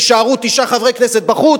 יישארו תשעה חברי כנסת בחוץ,